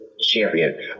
Champion